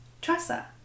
Tressa